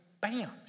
bam